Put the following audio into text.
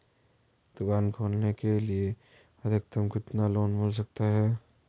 दुकान खोलने के लिए अधिकतम कितना लोन मिल सकता है?